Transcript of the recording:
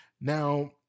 Now